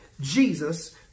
Jesus